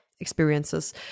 experiences